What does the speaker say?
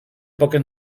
poques